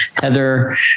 Heather